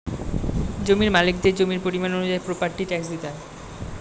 জমির মালিকদের জমির পরিমাণ অনুযায়ী প্রপার্টি ট্যাক্স দিতে হয়